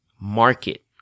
market